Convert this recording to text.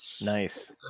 Nice